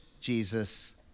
Jesus